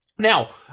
Now